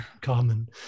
common